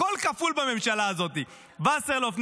הכול כפול בממשלה הזאת: וסרלאוף,